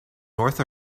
north